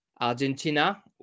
Argentina